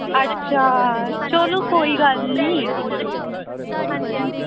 अच्छा चलो कोई गल्ल निं